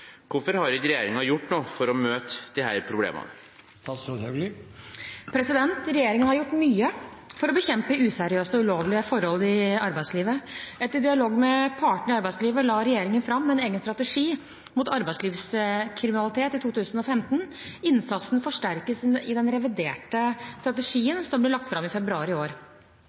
Hvorfor har ikke regjeringen gjort noe for å møte disse problemene?» Regjeringen har gjort mye for å bekjempe useriøse og ulovlige forhold i arbeidslivet. Etter dialog med partene i arbeidslivet la regjeringen fram en egen strategi mot arbeidslivskriminalitet i 2015. Innsatsen forsterkes i den reviderte strategien som ble lagt fram i februar i år.